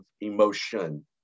emotion